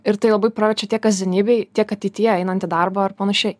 ir tai labai praverčia tiek kasdienybėj tiek ateityje einant ten darbą ar panašiai